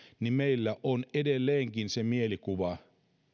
niin meillä on edelleenkin se mielikuva